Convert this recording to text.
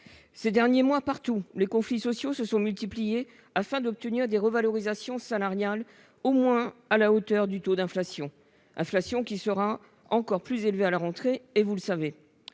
Ces derniers mois, les conflits sociaux se sont partout multipliés afin d'obtenir des revalorisations salariales au moins à la hauteur du taux d'inflation, qui sera encore plus élevé à la rentrée, et vous le savez